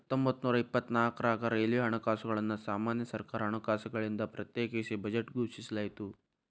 ಹತ್ತೊಂಬತ್ತನೂರ ಇಪ್ಪತ್ನಾಕ್ರಾಗ ರೈಲ್ವೆ ಹಣಕಾಸುಗಳನ್ನ ಸಾಮಾನ್ಯ ಸರ್ಕಾರ ಹಣಕಾಸುಗಳಿಂದ ಪ್ರತ್ಯೇಕಿಸಿ ಬಜೆಟ್ ಘೋಷಿಸಲಾಯ್ತ